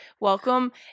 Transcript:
Welcome